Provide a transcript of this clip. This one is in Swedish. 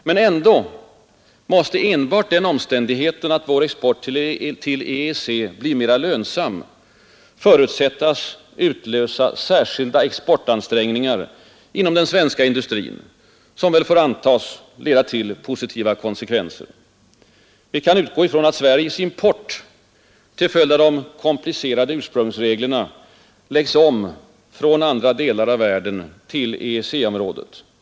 Men ändå måste enbart den omständigheten, att vår export till EEC blir mera lönsam, förutsättas utlösa särskilda exportansträngningar inom den svenska industrin som väl får antas leda till positiva konsekvenser. Vi kan utgå från att Sveriges import till följd av de komplicerade ursprungsreglerna läggs om från andra delar av världen till EEC-området.